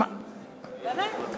במצב החירום?